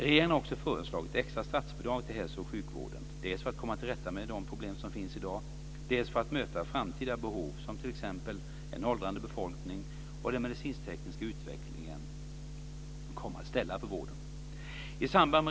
Regeringen har också föreslagit extra statsbidrag till hälso och sjukvården, dels för att komma till rätta med de problem som finns i dag, dels för att möta framtida behov som t.ex. en åldrande befolkning och den medicinsk-tekniska utvecklingen kommer att ställa på vården.